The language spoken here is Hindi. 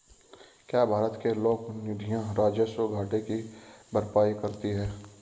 क्या भारत के लोक निधियां राजस्व घाटे की भरपाई करती हैं?